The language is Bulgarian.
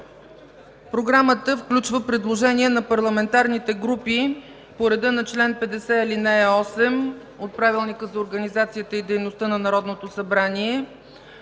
Програмата включва предложение на парламентарните групи по реда на чл. 50, ал. 8 от Правилника за организацията и дейността на Народното събрание.